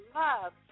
love